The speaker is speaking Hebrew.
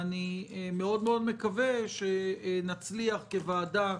אני מקווה מאוד שנצליח כוועדה,